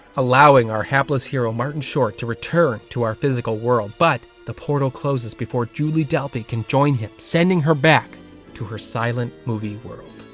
allowing our hapless hero martin short, a return to our physical world. but the portal closes before julie delpy can join him sending her back to her silent movie world.